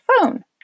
phone